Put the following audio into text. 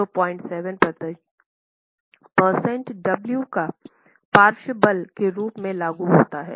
तो 07 प्रतिशत डब्ल्यू का पार्श्व बल के रूप में लागू होता है